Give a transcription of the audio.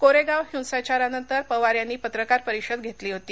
कोरेगाव हिंसाचारानंतर पवार यांनी पत्रकार परिषद घेतली होती